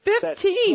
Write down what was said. Fifteen